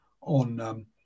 on